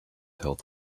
health